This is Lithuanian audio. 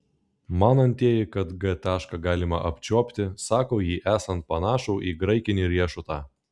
manantieji kad g tašką galima apčiuopti sako jį esant panašų į graikinį riešutą